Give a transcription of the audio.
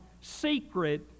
secret